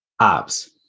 abs